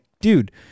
dude